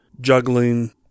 juggling